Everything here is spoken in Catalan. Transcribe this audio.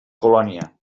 colònia